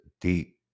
deep